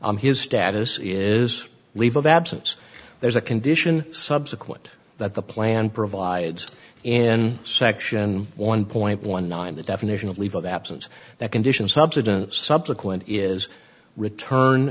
on his status is leave of absence there's a condition subsequent that the plan provides in section one point one nine the definition of leave of absence that conditions subsequent subsequent is return